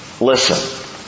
Listen